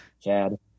Chad